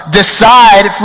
decide